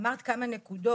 את אמרת כמה נקודות